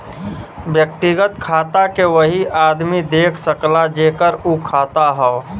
व्यक्तिगत खाता के वही आदमी देख सकला जेकर उ खाता हौ